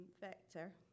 vector